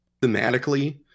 thematically